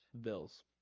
Bills